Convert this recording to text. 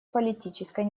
политической